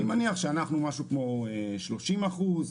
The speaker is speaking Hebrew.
אני מניח שאנחנו משהו כמו 30 אחוזים.